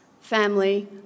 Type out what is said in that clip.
Family